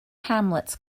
hamlets